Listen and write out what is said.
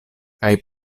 kaj